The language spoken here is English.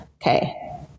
Okay